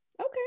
Okay